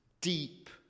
deep